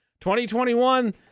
2021